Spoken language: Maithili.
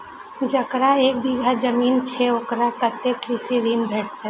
जकरा एक बिघा जमीन छै औकरा कतेक कृषि ऋण भेटत?